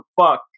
fuck